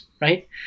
right